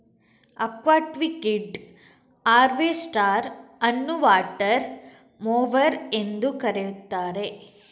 aquatic weed harvester ಅನ್ನುವಾಟರ್ mower ಎಂದೂ ಕರೆಯುತ್ತಾರೆ